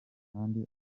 kandi